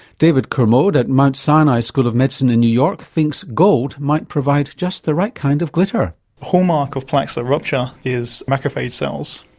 david cormode at mount sinai school of medicine in new york thinks gold might provide just the right kind of glitter. the hallmark of plaques that rupture is macrophage cells.